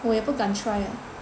我也不敢 try